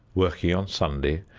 working on sunday,